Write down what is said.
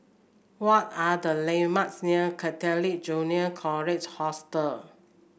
what are the landmarks near Catholic Junior College Hostel